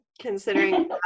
considering